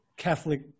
Catholic